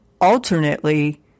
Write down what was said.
alternately